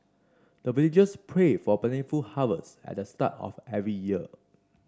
the villagers pray for plentiful harvest at the start of every year